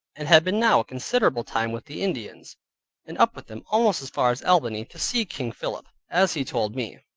and had been now a considerable time with the indians and up with them almost as far as albany, to see king philip, as he told me,